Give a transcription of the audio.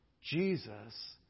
Jesus